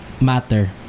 matter